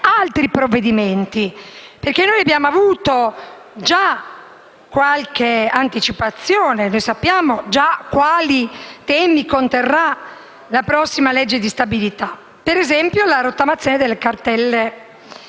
altri provvedimenti. Abbiamo avuto già qualche anticipazione e sappiamo quali temi conterrà la prossima legge di stabilità. Penso, per esempio, alla rottamazione delle cartelle